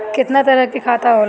केतना तरह के खाता होला?